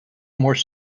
more